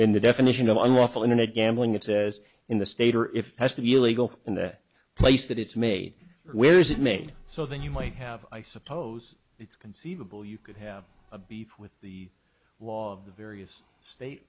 in the definition of unlawful internet gambling it says in the state or if has to be illegal in the place that it's made where is it made so then you might have i suppose it's conceivable you could have a beef with the law of the various state